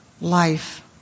life